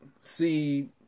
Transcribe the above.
see